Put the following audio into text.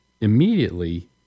immediately